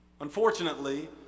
Unfortunately